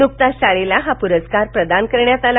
नुकताच शाळेला हा पुरस्कार प्रदान करण्यात आला